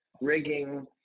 rigging